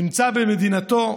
נמצא במדינתו.